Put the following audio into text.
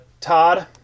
Todd